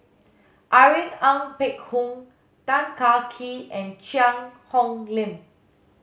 Irene Ng Phek Hoong Tan Kah Kee and Cheang Hong Lim